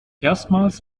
erstmals